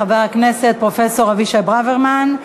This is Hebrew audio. חבר הכנסת פרופסור אבישי ברוורמן.